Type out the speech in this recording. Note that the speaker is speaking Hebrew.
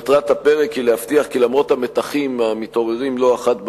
מטרת הפרק היא להבטיח כי למרות המתחים המתעוררים לא אחת במליאה,